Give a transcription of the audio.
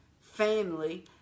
family